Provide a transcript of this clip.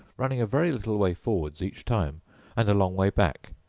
running a very little way forwards each time and a long way back,